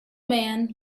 man